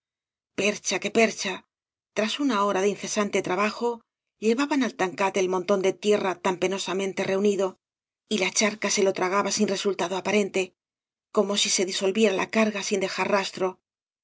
percha que percha tras una hora de incesante trabajo llevaban al tancat el montón de tierra tan penosamente reunido y la charca se lo tragaba sin resultado aparente como si se disolviera la carga sin dejar rastro